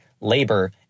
labor